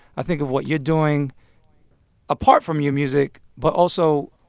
i think of what you're doing apart from your music. but also,